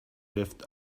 left